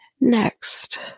Next